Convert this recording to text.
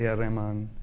yeah rahman.